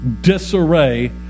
disarray